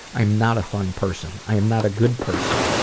i am not a fun person. i am not a good person.